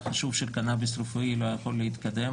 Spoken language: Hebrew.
חשוב של קנאביס רפואי לא היה יכול להתקדם,